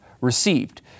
received